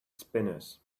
spinners